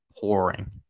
pouring